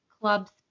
clubs